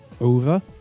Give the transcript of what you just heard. over